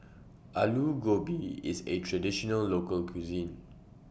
Alu Gobi IS A Traditional Local Cuisine